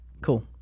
Cool